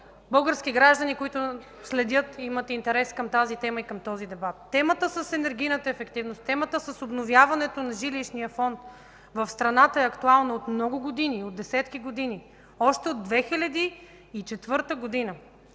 български граждани, които следят и имат интерес към тази тема и към този дебат. Темата с енергийната ефективност, темата с обновяването на жилищния фонд в страната е актуална от много години, от десетки години, още от 2004 г.